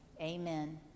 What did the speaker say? Amen